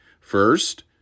First